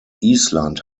island